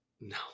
No